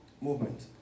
movement